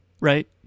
Right